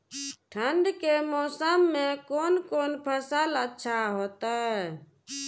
ठंड के मौसम में कोन कोन फसल अच्छा होते?